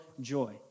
joy